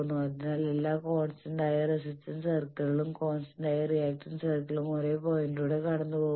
അതിനാൽ എല്ലാ കോൺസ്റ്റന്റായ റെസിസ്റ്റൻസ് സർക്കിളുകളും കോൺസ്റ്റന്റായ റിയാക്റ്റൻസ് സർക്കിളുകളും ഒരേ പോയിന്റിലൂടെ കടന്നുപോകുന്നു